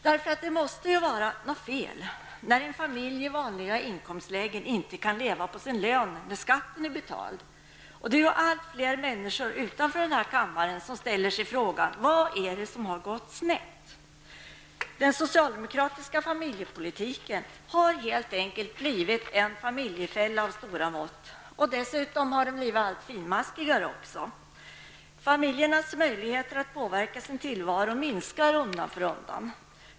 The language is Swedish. Det måste vara något som är fel när familjer i vanliga inkomstlägen inte kan leva på sin lön när skatten är betald. Allt fler människor utanför denna kammare ställer sig frågan: Vad är det som har gått snett? Den socialdemokratiska familjepolitiken har helt enkelt blivit en familjefälla av stora mått, och dessutom har den blivit allt finmaskigare. Familjernas möjligheter att påverka sin tillvaro minskar undan för undan.